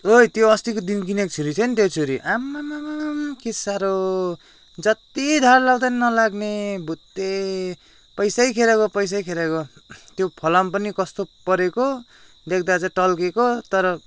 ओई त्यो अस्तिको दिन किनेको छुरी थियो नि त्यो छुरी आमामामामा के साह्रो जति धार लाउँदा नि नलाग्ने भुत्ते पैसै खेरो गयो पैसै खेरो गयो त्यो फलाम पनि कस्तो परेको देख्दा चाहिँ टल्केको तर